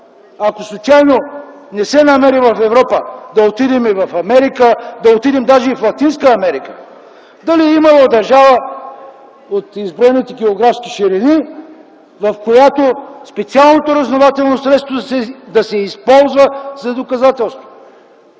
ако случайно не се намери в Европа, да отидем в Америка, да отидем даже и в Латинска Америка, дали има държава от изброените географски ширини, в която специалното разузнавателно средство да се използва за доказателство?